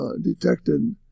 detected